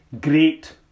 great